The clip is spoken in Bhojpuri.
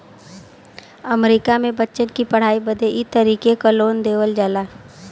अमरीका मे बच्चन की पढ़ाई बदे ई तरीके क लोन देवल जाला